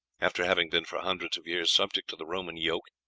after having been for hundreds of years subject to the roman yoke,